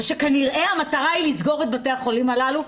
שכנראה המטרה היא לסגור את בתי החולים הללו.